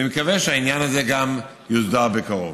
אני מקווה שהעניין הזה גם יוסדר בקרוב.